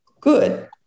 good